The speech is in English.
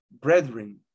brethren